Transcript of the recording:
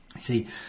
see